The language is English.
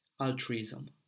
altruism